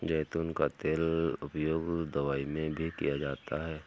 ज़ैतून का तेल का उपयोग दवाई में भी किया जाता है